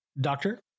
Doctor